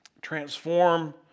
transform